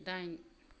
दाइन